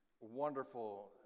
wonderful